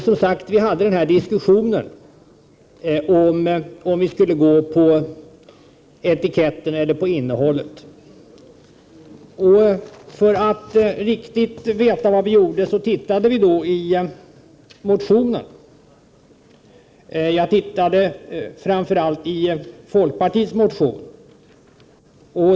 Som sagt: Vi hade en diskussion om huruvida vi skulle gå efter etiketten eller innehållet. För att riktigt veta vad vi gjorde tittade vi i motionerna. Själv tittade jag framför allt i folkpartiets motion.